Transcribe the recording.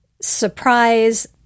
surprise